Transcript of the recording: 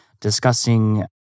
discussing